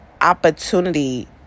opportunity